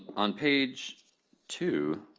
on page two.